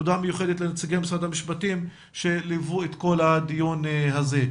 תודה מיוחדת לנציגי משרד המשפטים שליווי את כל הדיון הזה.